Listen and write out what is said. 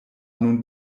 nun